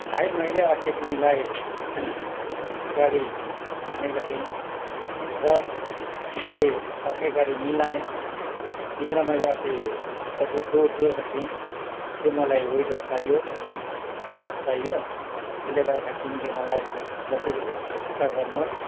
भाइ अस्ति मैले तिमीलाई गाडी भनेको थिएँ र मैले अर्कै गाडी मिलाएँ तिमीलाई मैले अस्ति पैसा जो दिएको थिएँ त्यो मलाई विथड्र चाहियो वापस चाहियो त्यसले गर्दाखेरि तिमीले मलाई जसरी भए पनि फिर्ता गर्नुहोस्